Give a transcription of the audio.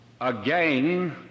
Again